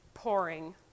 Pouring